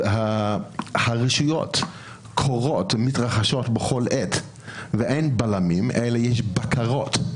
הרשויות קוראות ומתרחשות בכל עת ואין בלמים אלא יש בקרות.